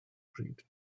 bryd